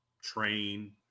train